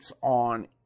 on